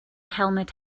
helmut